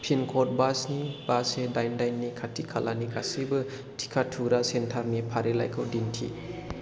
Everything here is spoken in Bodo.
पिन कड बा स्नि बा से दाइन दाइननि खाथि खालानि गासैबो टिका थुग्रा सेन्टारनि फारिलाइखौ दिन्थि